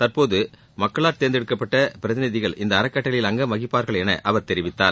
தற்போது மக்களால் தேர்ந்தெடுக்கப்பட்ட பிரதிநிதிகள் இந்த அறக்கட்டளையில் அங்கம் வகிப்பார்கள் என அவர் தெரிவித்தார்